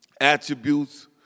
attributes